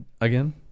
Again